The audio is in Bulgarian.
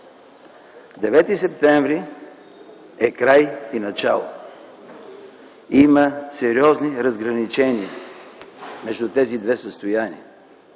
септември е край и начало. Има сериозни разграничения между тези две състояния.